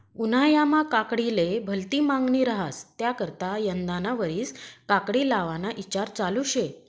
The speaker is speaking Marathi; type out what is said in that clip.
उन्हायामा काकडीले भलती मांगनी रहास त्याकरता यंदाना वरीस काकडी लावाना ईचार चालू शे